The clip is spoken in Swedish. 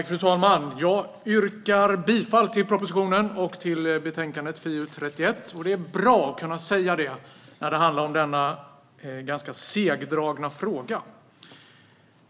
Fru talman! Jag yrkar bifall till propositionen och till utskottets förslag i betänkandet FiU31. Det är bra att kunna säga det när det handlar om denna ganska segdragna fråga.